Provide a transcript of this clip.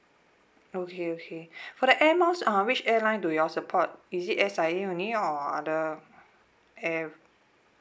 okay okay for the air miles uh which airline do you all support is it S_I_A only or other air